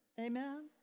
Amen